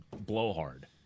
blowhard